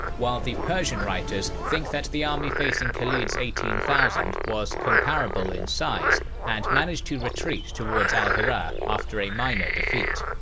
while the persian writers think that the army facing khalid's eighteen thousand was comparable in size and managed to retreat towards al-hirah after a minor defeat.